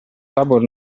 tabor